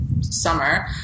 summer